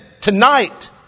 tonight